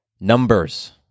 Numbers